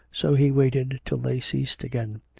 so he waited till they ceased again.